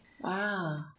Wow